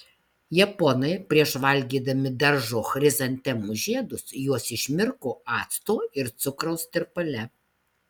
japonai prieš valgydami daržo chrizantemų žiedus juos išmirko acto ir cukraus tirpale